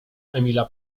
emila